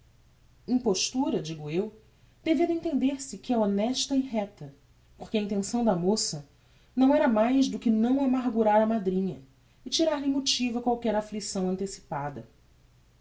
impostura impostura digo eu devendo entender-se que é honesta e recta porque a intenção da moça não era mais do que não amargurar a madrinha e tirar-lhe motivo a qualquer afflicção antecipada